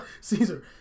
Caesar